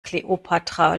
kleopatra